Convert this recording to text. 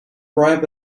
ripe